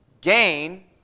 gain